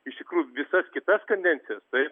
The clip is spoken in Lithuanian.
iš tikrųjų visas kitas kadencijas tai